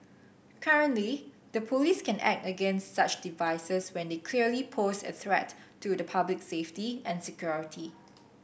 currently the police can act against such devices when they clearly pose a threat to the public safety and security